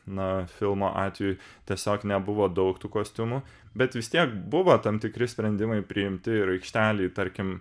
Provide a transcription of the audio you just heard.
na filmo atveju tiesiog nebuvo daug tų kostiumų bet vis tiek buvo tam tikri sprendimai priimti ir aikštelėj tarkim